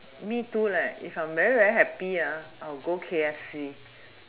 me too leh if I'm very very happy ah I will go K_F_C